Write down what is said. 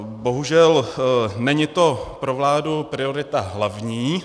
Bohužel není to pro vládu priorita hlavní.